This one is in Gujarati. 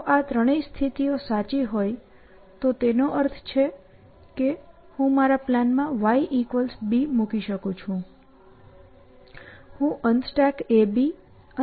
જો આ ત્રણેય સ્થિતિઓ સાચી હોત તો તેનો અર્થ એ કે હું મારા પ્લાનમાં yB મૂકી શકું છું